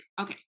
okay